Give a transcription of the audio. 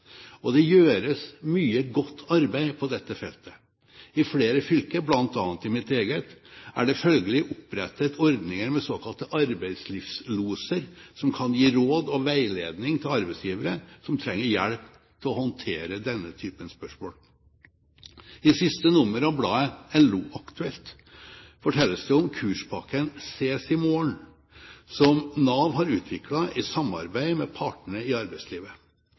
Det gjøres mye godt arbeid på dette feltet. I flere fylker, bl.a. i mitt eget, er det følgelig opprettet egne ordninger med såkalte arbeidslivsloser som kan gi råd og veiledning til arbeidsgivere som trenger hjelp til å håndtere denne typen spørsmål. I siste nummer av bladet LO-Aktuelt fortelles det om kurspakken «Sees i morgen!», som Nav har utviklet i samarbeid med partene i arbeidslivet.